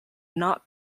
not